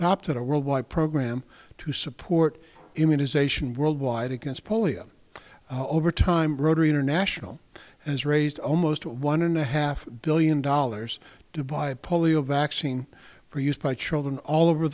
top to the world wide program to support immunization worldwide against polio over time rotary international has raised almost one and a half billion dollars to buy a polio vaccine for used by the children all over